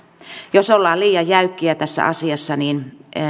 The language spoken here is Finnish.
jos ollaan liian jäykkiä tässä asiassa niin